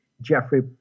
Jeffrey